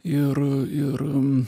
ir ir